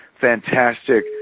fantastic